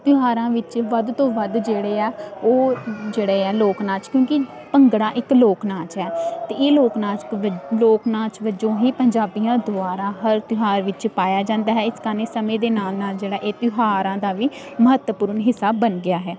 ਤਿਉਹਾਰਾਂ ਵਿੱਚ ਵੱਧ ਤੋਂ ਵੱਧ ਜਿਹੜੇ ਆ ਉਹ ਜਿਹੜੇ ਆ ਲੋਕ ਨਾਚ ਕਿਉਂਕਿ ਭੰਗੜਾ ਇੱਕ ਲੋਕ ਨਾਚ ਹੈ ਅਤੇ ਇਹ ਲੋਕ ਨਾਚ ਲੋਕ ਨਾਚ ਵਜੋਂ ਹੀ ਪੰਜਾਬੀਆਂ ਦੁਆਰਾ ਹਰ ਤਿਉਹਾਰ ਵਿੱਚ ਪਾਇਆ ਜਾਂਦਾ ਹੈ ਇਸ ਕਾਰਨ ਇਹ ਸਮੇਂ ਦੇ ਨਾਲ ਨਾਲ ਜਿਹੜਾ ਇਹ ਤਿਉਹਾਰਾਂ ਦਾ ਵੀ ਮਹੱਤਵਪੂਰਨ ਹਿੱਸਾ ਬਣ ਗਿਆ ਹੈ